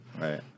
right